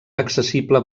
accessible